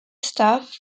staff